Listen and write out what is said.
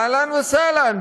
אהלן וסהלן.